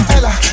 Ella